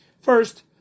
First